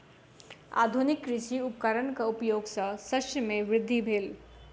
आधुनिक कृषि उपकरणक उपयोग सॅ शस्य मे वृद्धि भेल